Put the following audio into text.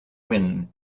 win